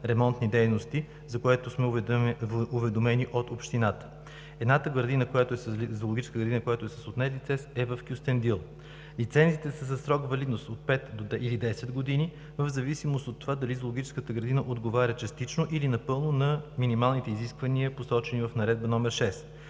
ремонтни дейности, за което сме уведомени от общината. Едната зоологическа градина, която е с отнет лиценз, е в Кюстендил. Лицензиите са със срок на валидност от пет или десет години в зависимост от това дали зоологическата градина отговаря частично или напълно на минималните изисквания, посочени в Наредба № 6.